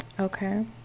Okay